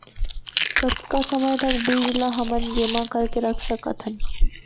कतका समय तक बीज ला हमन जेमा करके रख सकथन?